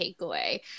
takeaway